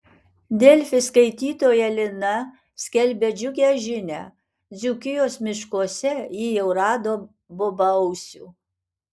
delfi skaitytoja lina skelbia džiugią žinią dzūkijos miškuose ji jau rado bobausių